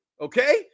okay